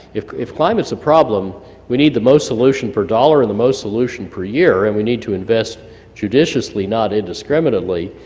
if if climates a problem we need the most solution per dollar, and the most solution per year, and we need to invest judiciously not indiscriminately,